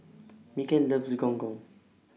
Mikel loves Gong Gong